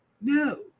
No